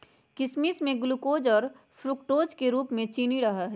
किशमिश में ग्लूकोज और फ्रुक्टोज के रूप में चीनी रहा हई